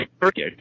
Turkish